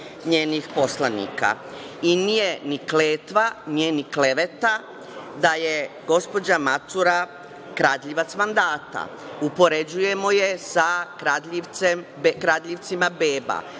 njenih poslanika. Nije kletva i nije ni kleveta da je gospođa Macura kradljivac mandata, upoređujemo je sa kradljivcima beba.U